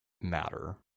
Matter